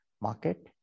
market